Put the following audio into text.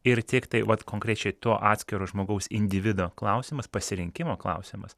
ir tiktai vat konkrečiai to atskiro žmogaus individo klausimas pasirinkimo klausimas